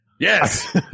Yes